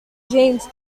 james